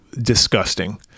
disgusting